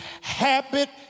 Habit